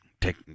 take